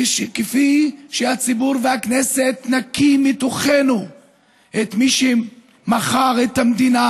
כפי שהציבור והכנסת נקיא מתוכנו את מי שמכר את המדינה